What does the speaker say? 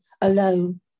alone